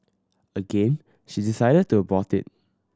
again she decided to abort it